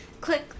click